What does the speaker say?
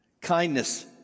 kindness